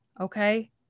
okay